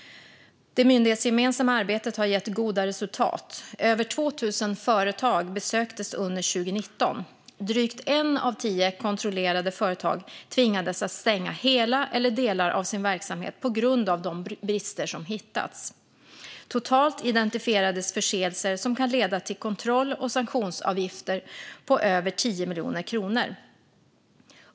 Det myndighetsgemensamma arbetet har gett goda resultat. Över 2 000 företag besöktes under 2019. Drygt ett av tio kontrollerade företag tvingades att stänga hela eller delar av sin verksamhet på grund av de brister som hittats. Totalt identifierades förseelser som kan leda till kontroll och sanktionsavgifter på över 10 miljoner kronor.